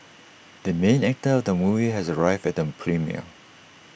the main actor of the movie has arrived at the premiere